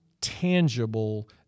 tangible